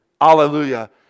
hallelujah